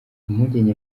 impungenge